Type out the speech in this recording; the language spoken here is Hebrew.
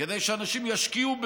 כדי שאנשים ישקיעו בזה,